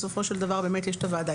בסופו של דבר באמת יש את הוועדה.